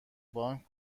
بانک